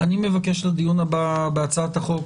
אני מבקש דיון הבא בהצעת החוק,